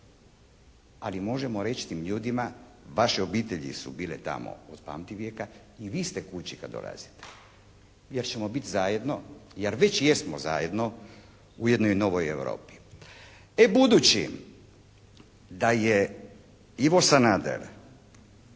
ali možemo reći tim ljudima, vaše obitelji su bile tamo od pamtivijeka i vi ste kući kad dolazite. Jer ćemo biti zajedno, jer već jesmo zajedno u jednoj novoj Europi. E budući da je Ivo Sanader